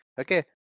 Okay